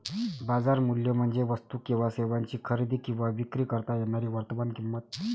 बाजार मूल्य म्हणजे वस्तू किंवा सेवांची खरेदी किंवा विक्री करता येणारी वर्तमान किंमत